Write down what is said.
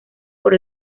por